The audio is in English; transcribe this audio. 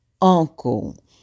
uncle